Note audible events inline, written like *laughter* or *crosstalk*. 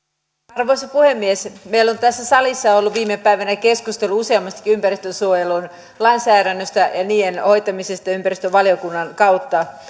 arvoisa puhemies meillä on tässä salissa ollut viime päivinä keskustelua useammastakin ympäristönsuojelun lainsäädännöstä ja niiden hoitamisesta ympäristövaliokunnan kautta *unintelligible*